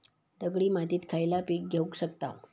दगडी मातीत खयला पीक घेव शकताव?